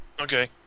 Okay